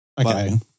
Okay